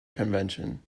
convention